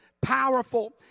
powerful